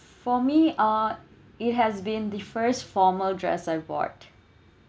for me uh it has been the first formal dress I bought